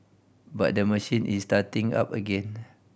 but the machine is starting up again